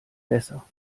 besser